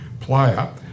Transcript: player